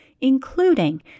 including